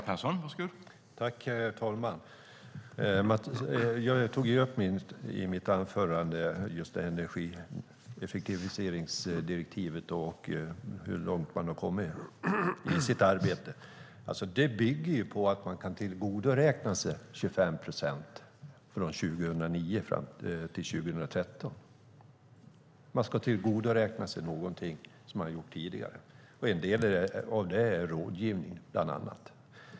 Herr talman! Jag tog upp i mitt anförande upp energieffektiviseringsdirektivet och hur långt man har kommit i sitt arbete. Detta bygger på att man kan tillgodoräkna sig 25 procent från 2009 fram till 2013. Man ska tillgodoräkna sig någonting som man har gjort tidigare. En del av detta är rådgivningen.